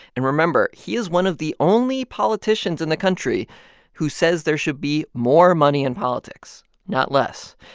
and remember he is one of the only politicians in the country who says there should be more money in politics, not less.